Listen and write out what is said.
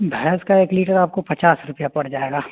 भैंस का एक लीटर आपको पचास रुपया पड़ जाएगा